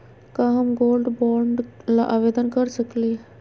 का हम gold bond ल आवेदन कर सकली?